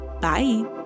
Bye